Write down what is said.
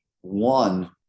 one